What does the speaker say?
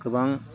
गोबां